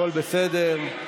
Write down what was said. הכול בסדר.